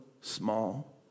small